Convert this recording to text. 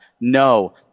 No